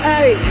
Hey